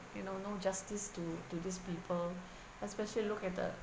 you know no justice to to these people especially look at the